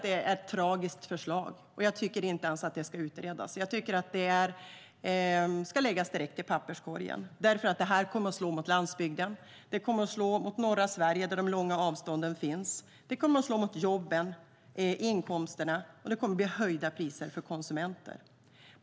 Det är ett tragiskt förslag, och jag tycker inte att det ska utredas utan läggas direkt i papperskorgen. Det kommer att slå mot landsbygden och mot norra Sverige där de långa avstånden finns, det kommer att slå mot jobben och inkomsterna, och det kommer att bli höjda priser för konsumenterna.